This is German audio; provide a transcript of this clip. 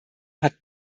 hat